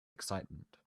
excitement